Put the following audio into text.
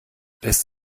lässt